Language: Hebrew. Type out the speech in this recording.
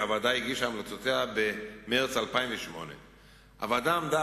הוועדה הגישה המלצותיה במרס 2008. הוועדה עמדה